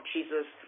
Jesus